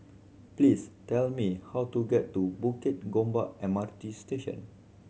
please tell me how to get to Bukit Gombak M R T Station